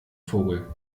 vogel